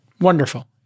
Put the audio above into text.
Wonderful